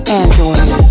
android